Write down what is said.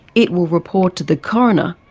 it will report to the coroner,